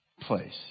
place